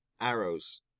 Arrow's